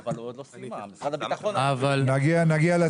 היחידים שמופנים למרב"ד אלה הם הלומי הקרב.